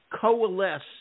coalesce